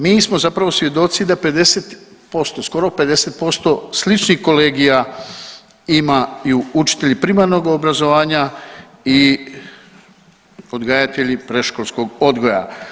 Mi smo zapravo svjedoci da 50%, skoro 50% sličnih kolegija imaju učitelji primarnog obrazovanja i odgajatelji predškolskog odgoja.